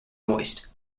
moist